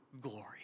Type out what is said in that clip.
glory